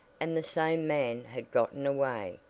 and the same man had gotten away.